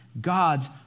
God's